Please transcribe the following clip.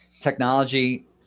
technology